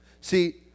See